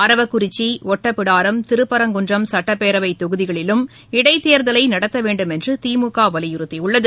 அரவக்குறிச்சி ஒட்டபிடாரம் திருப்பரங்குன்றம் சட்டப்பேரவை தொகுதிகளிலும் இடைத்தேர்தலை நடத்த வேண்டும் என்று திமுக வலியுறுத்தியுள்ளது